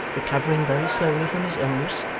recovering very slowly from his illness,